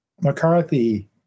McCarthy